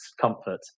comfort